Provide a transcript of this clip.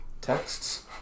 texts